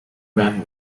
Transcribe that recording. batman